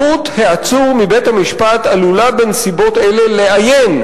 היעדרות העצור מבית-המשפט עלולה בנסיבות אלה לאיין,